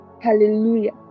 Hallelujah